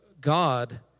God